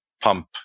pump